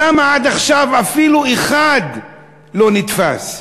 למה עד עכשיו אפילו אחד לא נתפס?